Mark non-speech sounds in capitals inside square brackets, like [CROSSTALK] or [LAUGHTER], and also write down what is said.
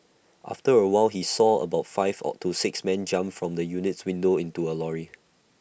after A while he saw about five [HESITATION] to six men jump from the unit's window into A lorry